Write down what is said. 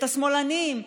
את השמאלנים,